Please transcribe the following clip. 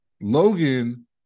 Logan